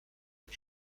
que